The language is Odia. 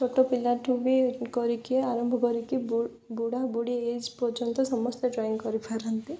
ଛୋଟ ପିଲାଠୁ ବି କରିକି ଆରମ୍ଭ କରିକି ବୁଢ଼ା ବୁଢ଼ୀ ଏଜ୍ ପର୍ଯ୍ୟନ୍ତ ସମସ୍ତେ ଡ୍ରଇଂ କରିପାରନ୍ତି